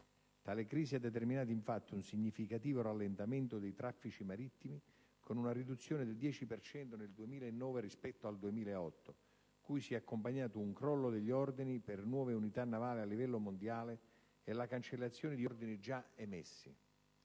Tale crisi ha determinato, infatti, un significativo rallentamento dei traffici marittimi, con una riduzione del 10 per cento nel 2009 rispetto al 2008, cui si è accompagnato un crollo degli ordini per nuove unità navali a livello mondiale e la cancellazione di ordini già emessi.